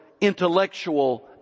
intellectual